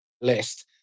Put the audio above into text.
list